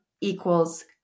equals